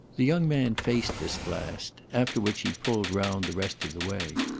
the young man faced this blast after which he pulled round the rest of the way.